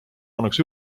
annaks